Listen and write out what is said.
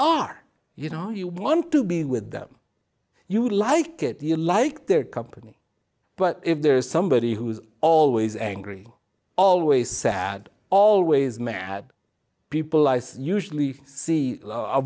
are you know you want to be with them you like it you like their company but if there is somebody who's always angry always sad always mad people eyes usually see